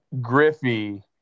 Griffey